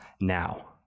now